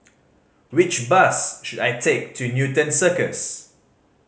which bus should I take to Newton Circus